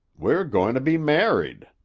we're goin' to be married,